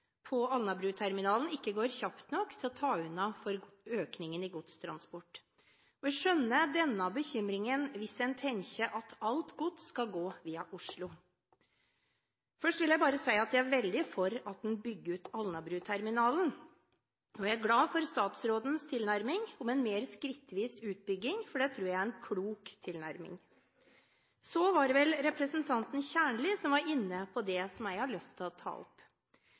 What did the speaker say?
på Alnabruterminalen ikke går kjapt nok til å ta unna for økningen i godstransport. Jeg skjønner denne bekymringen hvis en tenker at alt gods skal gå via Oslo. Først vil jeg bare si at jeg er veldig for at en bygger ut Alnabruterminalen. Og jeg er glad for statsrådens tilnærming, om en mer skrittvis utbygging. Det tror jeg er en klok tilnærming. Så var det vel representanten Kjernli som var inne på det som jeg har lyst til å ta opp.